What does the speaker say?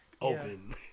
open